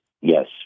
Yes